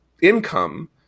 income